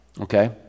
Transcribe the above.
Okay